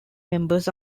members